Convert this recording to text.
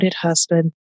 husband